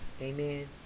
Amen